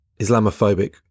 Islamophobic